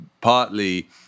partly